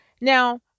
Now